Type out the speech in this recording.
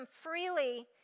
freely